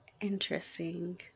Interesting